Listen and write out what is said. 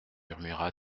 murmura